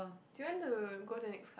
do you want to go to next card